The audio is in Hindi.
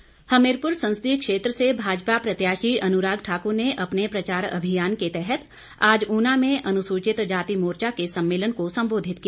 अनुराग ठाकुर हमीरपुर संसदीय क्षेत्र से भाजपा प्रत्याशी अनुराग ठाक्र ने अपने प्रचार अभियान के तहत आज ऊना में अनुसुचित जाति मोर्चा के सम्मेलन को संबोधित किया